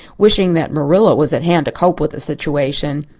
wishing that marilla was at hand to cope with the situation.